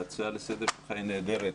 ההצעה לסדר שלך היא נהדרת,